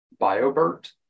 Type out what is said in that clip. BioBert